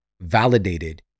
validated